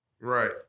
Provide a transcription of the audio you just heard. Right